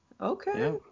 Okay